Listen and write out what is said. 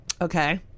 Okay